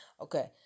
Okay